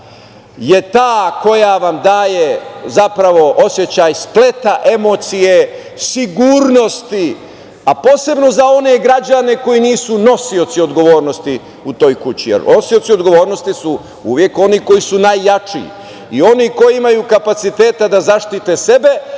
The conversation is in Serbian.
je ta koja vam daje zapravo osećaj spleta emocije, sigurnosti, a posebno za one građane koji nisu nosioci odgovornosti u toj kući, jer nosioci odgovornosti uvek oni koji su najjači i oni koji imaju kapaciteta da zaštite sebe,